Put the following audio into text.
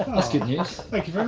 that's good news. thank you